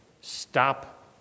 stop